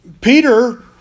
Peter